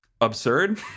Absurd